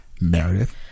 Meredith